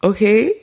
Okay